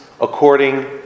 according